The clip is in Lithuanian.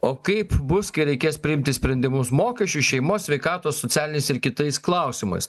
o kaip bus kai reikės priimti sprendimus mokesčių šeimos sveikatos socialiniais ir kitais klausimais